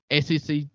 SEC